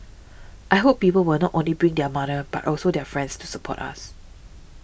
I hope people will not only bring their mother but also their friends to support us